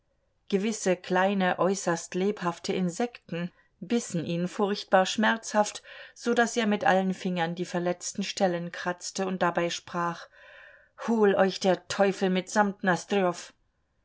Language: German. gewisse kleine äußerst lebhafte insekten bissen ihn furchtbar schmerzhaft so daß er mit allen fingern die verletzten stellen kratzte und dabei sprach hol euch der teufel mitsamt